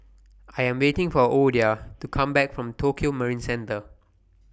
I Am waiting For Ouida to Come Back from Tokio Marine Centre